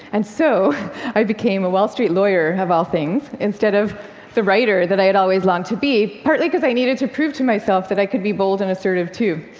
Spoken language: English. and so i became a wall street lawyer, of all things, instead of the writer that i had always longed to be. partly because i needed to prove to myself that i could be bold and assertive, too.